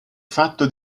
fatto